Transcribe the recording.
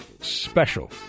special